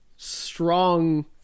strong